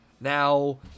Now